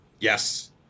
Yes